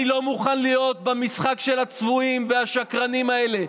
לא מוכן להיות במשחק של הצבועים והשקרנים האלה,